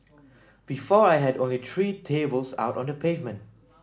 before I had only three tables out on the pavement